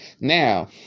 Now